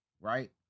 Right